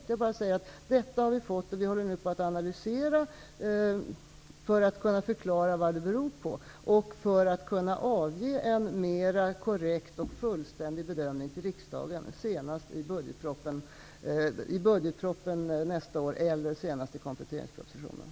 Jag säger bara att vi nu har fått fram detta och att vi håller på att analysera det, för att kunna förklara vad det beror på och för att kunna avge en mera korrekt och fullständig bedömning till riksdagen i budgetpropositionen nästa år eller senast i kompletteringspropositionen.